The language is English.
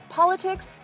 politics